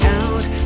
out